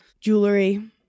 jewelry